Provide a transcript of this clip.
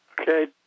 Okay